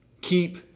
Keep